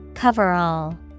Cover-all